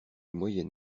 moyen